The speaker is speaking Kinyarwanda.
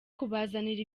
kubazanira